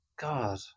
God